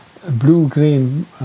blue-green